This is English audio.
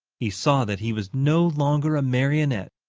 he saw that he was no longer a marionette,